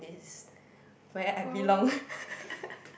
ho